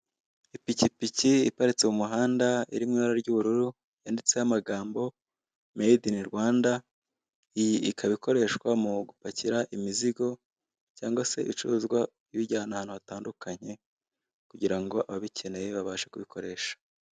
Ipikipiki iparitse mu muhanda iri mu ibara ry'ubururu yanditseho amagambo medi ini Rwanda, iyi ikaba ikoreshwa mu gupakira imizigo cyangwa se ibicuruzwa ibijyana ahantu hatandukanye kugira ngo ababikeneye babashe kubikoresha.